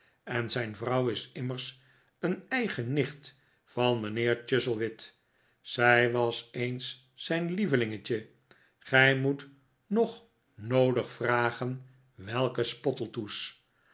en zijn vrouw is immers een eigen nicht van mijnheer chuzzlewit zij was eens zijn lievelingetje gij moet nog noodig vragen welke